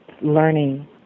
learning